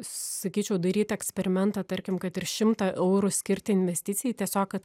sakyčiau daryt eksperimentą tarkim kad ir šimtą eurų skirti investicijai tiesiog kad